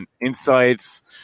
insights